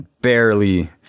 barely